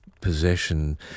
possession